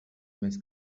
més